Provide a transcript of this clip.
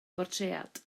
bortread